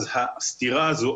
הסתירה הזו,